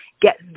get